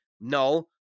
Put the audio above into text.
no